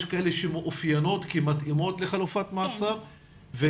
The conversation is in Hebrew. יש כאלה שמאופיינות כמתאימות לחלופת מעצר,